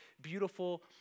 beautiful